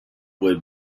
would